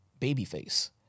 babyface